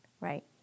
right